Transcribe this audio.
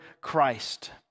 Christ